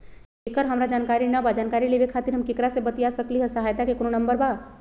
एकर हमरा जानकारी न बा जानकारी लेवे के खातिर हम केकरा से बातिया सकली ह सहायता के कोनो नंबर बा?